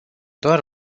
doar